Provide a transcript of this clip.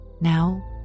Now